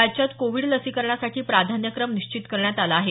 राज्यात कोविड लसीकरणासाठी प्राधान्यक्रम निश्चित करण्यात आला आहे